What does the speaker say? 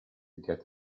get